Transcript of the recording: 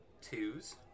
Twos